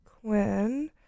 Quinn